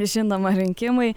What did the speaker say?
žinoma rinkimai